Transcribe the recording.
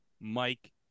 mike